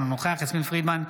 אינו נוכח יסמין פרידמן,